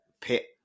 pit